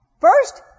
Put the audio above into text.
First